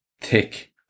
thick